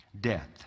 Death